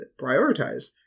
Prioritize